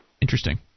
Interesting